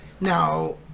Now